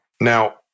Now